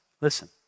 listen